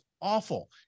awful